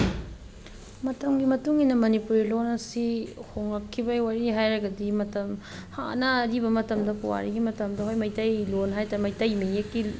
ꯃꯇꯝꯒꯤ ꯃꯇꯨꯡꯏꯟꯅ ꯃꯅꯤꯄꯨꯔꯤ ꯂꯣꯜ ꯑꯁꯤ ꯍꯣꯡꯉꯛꯈꯤꯕꯒꯤ ꯋꯥꯔꯤ ꯍꯥꯏꯔꯒꯗꯤ ꯃꯇꯝ ꯍꯥꯟꯅ ꯑꯔꯤꯕ ꯃꯇꯝꯗ ꯄꯨꯋꯥꯔꯤꯒꯤ ꯃꯇꯝꯗ ꯑꯩꯈꯣꯏ ꯃꯩꯇꯩ ꯂꯣꯜ ꯍꯥꯏꯇꯥꯔꯦ ꯃꯩꯇꯩ ꯃꯌꯦꯛꯀꯤ